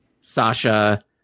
Sasha